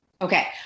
Okay